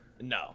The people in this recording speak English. no